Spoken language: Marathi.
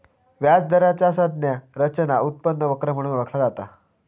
व्याज दराचा संज्ञा रचना उत्पन्न वक्र म्हणून ओळखला जाता